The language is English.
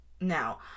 Now